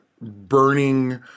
burning